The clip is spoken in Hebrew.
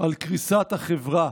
בקריסת החברה,